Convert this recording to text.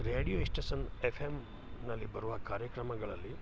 radio station F ಎಮ್ನಲ್ಲಿ ಬರುವ ಕಾರ್ಯಕ್ರಮಗಳಲ್ಲಿ